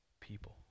people